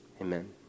Amen